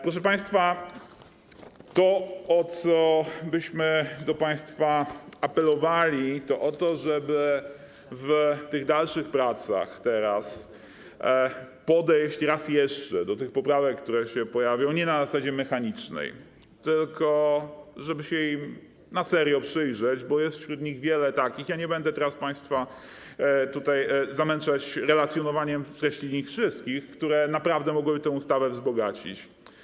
Proszę państwa, to, o co byśmy do państwa apelowali, to o to, żeby w dalszych pracach podejść raz jeszcze do tych poprawek, które się pojawiają, nie na zasadzie mechanicznej, tylko żeby im się na serio przyjrzeć, bo jest wśród nich wiele takich - ja nie będę teraz państwa tutaj zamęczać relacjonowaniem treści ich wszystkich - które naprawdę mogłyby tę ustawę wzbogacić.